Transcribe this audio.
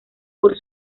por